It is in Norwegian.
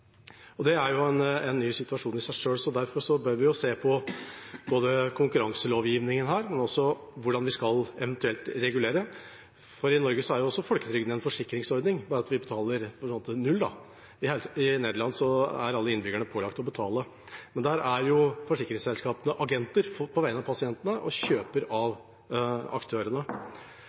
ny situasjon. Derfor bør vi se på konkurranselovgivningen og på hvordan vi eventuelt skal regulere, for i Norge er også folketrygden en forsikringsordning, bare at vi for så vidt betaler null. I Nederland er alle innbyggerne pålagt å betale. Men der er forsikringsselskapene agenter på vegne av pasientene og kjøper av aktørene.